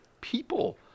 people